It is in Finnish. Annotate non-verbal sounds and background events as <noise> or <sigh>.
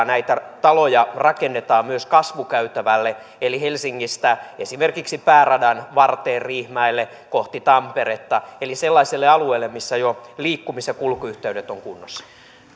<unintelligible> näitä taloja rakennetaan myös kasvukäytävälle eli helsingistä esimerkiksi pääradan varteen riihimäelle kohti tamperetta eli sellaiselle alueelle missä jo liikkumis ja kulkuyhteydet ovat kunnossa